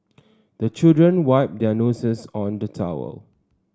the children wipe their noses on the towel